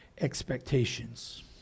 Expectations